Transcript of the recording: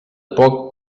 poc